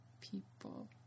people